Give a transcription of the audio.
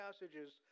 passages